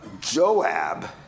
Joab